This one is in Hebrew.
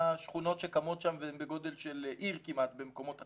השכונות שקמות שם והן בגודל של עיר כמעט במקומות אחרים,